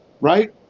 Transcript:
right